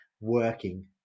working